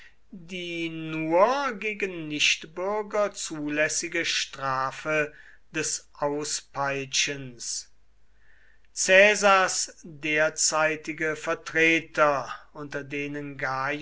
die nur gegen nichtbürger zulässige strafe des auspeitschens caesars derzeitige vertreter unter denen